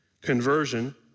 Conversion